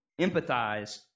Empathize